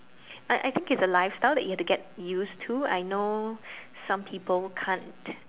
I I think it's a lifestyle that you have to get used to I know some people can't